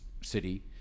City